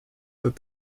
that